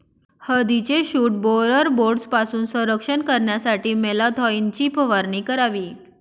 हळदीचे shoot borer बोर्डपासून संरक्षण करण्यासाठी मॅलाथोईनची फवारणी करावी